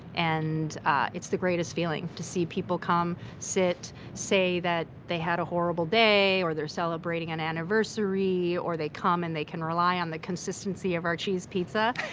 and ah it's the greatest feeling to see people come, sit, say that they had a horrible day or they're celebrating an anniversary, or they come and they can rely on the consistency of our cheese pizza,